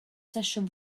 sesiwn